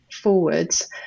forwards